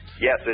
Yes